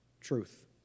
truth